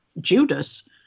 Judas